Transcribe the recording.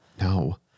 No